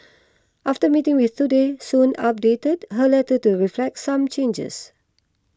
after meeting with Today Soon updated her letter to reflect some changes